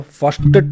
first